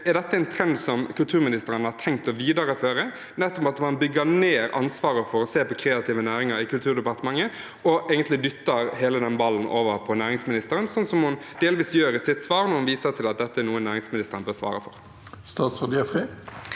Er dette en trend som kulturministeren har tenkt å videreføre – at man bygger ned ansvaret for å se på kreative næringer i Kulturdepartementet og egentlig dytter hele den ballen over til næringsministeren, sånn som hun delvis gjør i sitt svar når hun viser til at dette er noe næringsministeren bør svare på? Statsråd Lubna